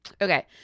Okay